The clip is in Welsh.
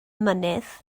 mynydd